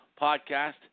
Podcast